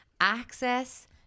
access